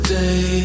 day